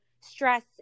stress